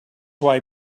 why